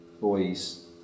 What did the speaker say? boys